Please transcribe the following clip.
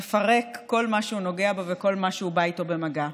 שמפרק כל מה שהוא נוגע בו וכל מה שהוא בא איתו במגע.